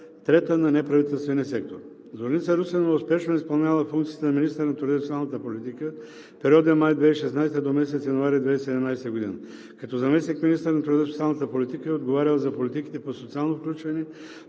трета на неправителствения сектор. Зорница Русинова успешно е изпълнявала функциите на министър на труда и социалната политика в периода от месец май 2016 г. до месец януари 2017 г. Като заместник-министър на труда и социалната политика е отговаряла за политиките по социалното включване,